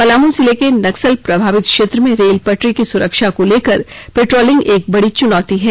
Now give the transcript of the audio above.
पलाम जिले के नक्सल प्रभावित क्षेत्र में रेल पटरी की सुरक्षा को लेकर पेट्रोलिंग एक बडी चुनौती है